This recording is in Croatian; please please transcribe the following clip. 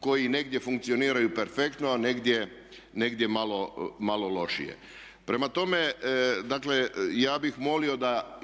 koji negdje funkcioniraju perfektno a negdje malo lošije. Prema tome, dakle ja bih molio da